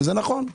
זה נכון.